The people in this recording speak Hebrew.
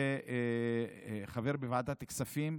שחבר בוועדת הכספים,